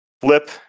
flip